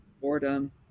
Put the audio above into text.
boredom